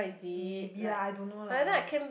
maybe lah I don't know lah